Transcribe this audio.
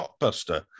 blockbuster